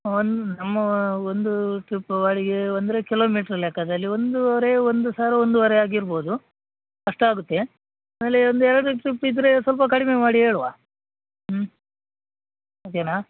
ಒಂದು ನಮ್ಮ ಒಂದು ಟ್ರಿಪ್ ಬಾಡಿಗೆ ಅಂದರೆ ಕಿಲೋಮಿಟ್ರ್ ಲೆಕ್ಕದಲ್ಲಿ ಒಂದೂವರೆ ಒಂದು ಸಾವಿರ ಒಂದೂವರೆ ಆಗಿರ್ಬೋದು ಅಷ್ಟು ಆಗುತ್ತೆ ಆಮೇಲೆ ಒಂದು ಎರಡು ಟ್ರಿಪ್ ಇದ್ದರೆ ಸ್ವಲ್ಪ ಕಡಿಮೆ ಮಾಡಿ ಹೇಳುವ ಹ್ಞೂ ಓಕೆನ